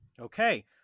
Okay